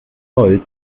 zolls